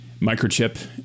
microchip